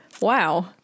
Wow